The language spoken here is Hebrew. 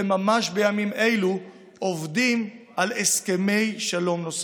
וממש בימים אלו עובדים על הסכמי שלום נוספים.